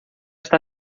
está